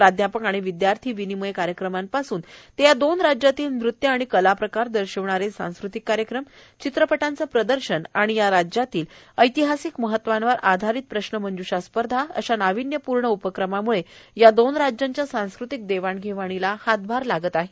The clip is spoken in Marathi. प्राध्यापक आणि विद्यार्थी विनिमय कार्यक्रमांपासून ते या दोन राज्यातील नृत्य आणि कला प्रकार दर्शविणारे सांस्कृतिक कार्यक्रमए चित्रपटांचे प्रदर्शन आणि या राज्यांतील ऐतिहासिक महत्त्वावर आधारित प्रश्न मंज्षा स्पर्धा अशा नाविन्यपूर्ण उपक्रमामुळे या दोन राज्याच्या सांस्कृतिक देवाण घेवाण यास हातभार लागत आहे